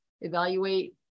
evaluate